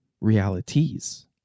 realities